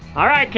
alright kid,